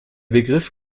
begriff